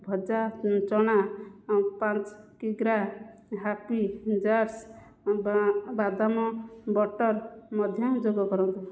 ଭଜା ଚଣା ପାଞ୍ଚ କିଗ୍ରା ହାପୀ ଜାର୍ସ ବାଦାମ ବଟର୍ ମଧ୍ୟ ଯୋଗ କରନ୍ତୁ